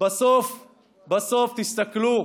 בסוף בסוף, תסתכלו,